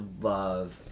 love